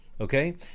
okay